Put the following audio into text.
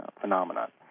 phenomenon